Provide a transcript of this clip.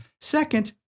Second